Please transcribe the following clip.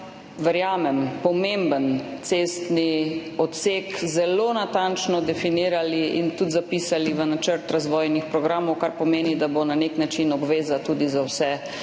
verjamem, pomembni cestni odsek zelo natančno definirali in tudi zapisali v načrt razvojnih programov, kar pomeni, da bo na nek način obveza tudi za vse,